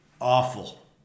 awful